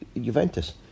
Juventus